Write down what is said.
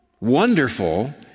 wonderful